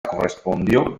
correspondió